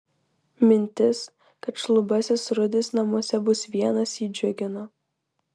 mintis kad šlubasis rudis namuose bus vienas jį džiugino